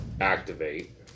activate